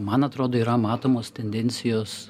man atrodo yra matomos tendencijos